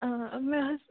مےٚ حظ